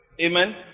Amen